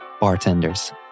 bartenders